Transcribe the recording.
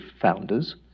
founders